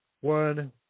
one